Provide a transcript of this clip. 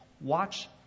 watch